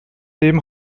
dem